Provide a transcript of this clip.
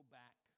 back